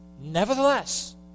Nevertheless